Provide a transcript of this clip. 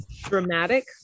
dramatic